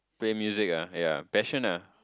play music ah ya passion ah